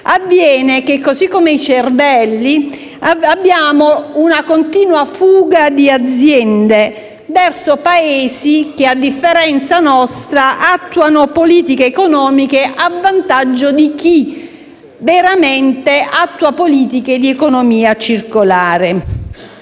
avviene che, così come i cervelli, si verifica una continua fuga di aziende verso Paesi che, a differenza nostra, attuano politiche economiche a vantaggio di chi veramente attua politiche di economia circolare.